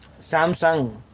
Samsung